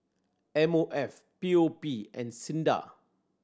M O F P O P and SINDA